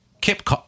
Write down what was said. Kip